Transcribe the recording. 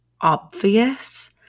obvious